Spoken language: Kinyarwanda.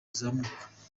uzamuka